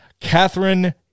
Catherine